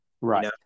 right